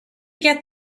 get